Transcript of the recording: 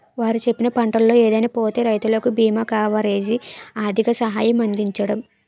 వారు చెప్పిన పంటల్లో ఏదైనా పోతే రైతులకు బీమా కవరేజీ, ఆర్థిక సహాయం అందించడం